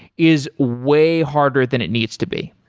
is way harder than it needs to be?